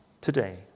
today